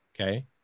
okay